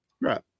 right